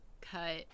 cut